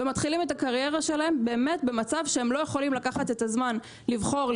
ומתחילים את הקריירה שלהם באמת במצב שהם לא יכולים לקחת את הזמן לבחור,